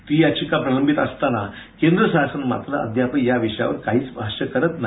ती याचिका प्रलंबित असतांना केंद्र शासन मात्र अद्यापही याविषयावर भाष्य करत नाही